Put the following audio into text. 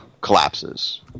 collapses